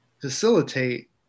facilitate